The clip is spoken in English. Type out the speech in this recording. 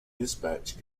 dispatch